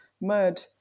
mud